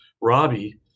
Robbie